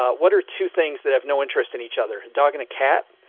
ah what are two things that have no interest in each other dog and a cat,